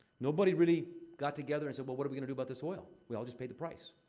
nobody really got together and said, well, what are we gonna do about this oil? we all just paid the price.